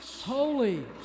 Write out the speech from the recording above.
Holy